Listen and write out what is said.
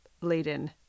laden